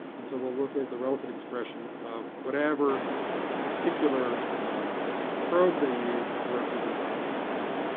and so we'll look at the relative expression of whatever particular probe they used to represent this particular gene.